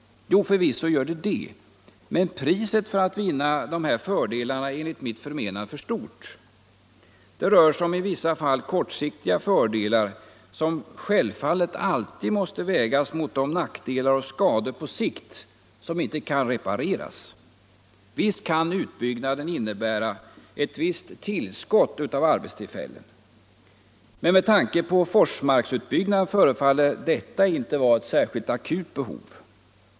Jo, förvisso gör det det — men priset för att vinna dessa fördelar är enligt mitt förmenande för högt. Det rör sig om i vissa fall kortsiktiga fördelar, som självfallet alltid måste vägas mot de nackdelar och skador på sikt som inte kan repareras. Visst kan utbyggnaden innebära ett tillskott av arbetstillfällen, men med tanke på Forsmarksutbyggnaden förefaller detta inte vara ett särskilt akut behov.